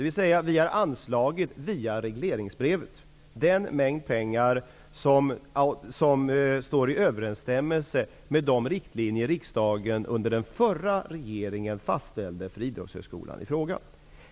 Vi har alltså via regleringsbrevet anslagit den mängd pengar som står i överensstämmelse med de riktlinjer som riksdagen under den förra regeringen fastställde för Idrottshögskolan i fråga.